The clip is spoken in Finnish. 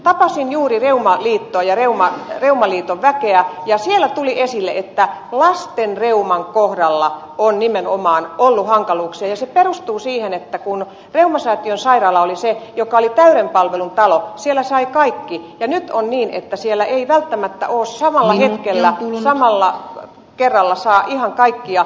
tapasin juuri reumaliiton väkeä ja siellä tuli esille että nimenomaan lastenreuman kohdalla on ollut hankaluuksia ja se perustuu siihen että kun reumasäätiön sairaala oli se joka oli täyden palvelun talo siellä sai kaiken ja nyt on niin että siellä ei välttämättä samalla hetkellä samalla kerralla saa ihan kaikkea